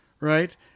right